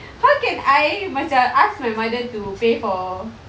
how can I macam ask my mother to pay for